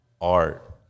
art